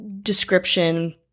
description